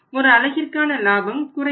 ஆனால் ஒரு அலகிற்கான லாபம் குறையும்